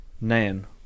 Nan